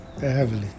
heavily